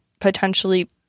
potentially